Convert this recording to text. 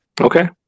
Okay